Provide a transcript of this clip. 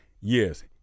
yes